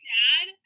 dad